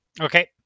Okay